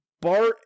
Bart